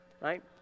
right